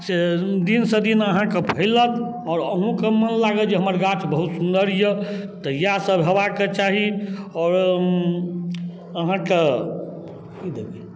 से दिनसँ दिन अहाँके फैलत आओर अहूँके मोन लागत जे हमर गाछ बहुत सुन्दर अइ तऽ इएहसब हेबाक चाही आओर अहाँके कि देबै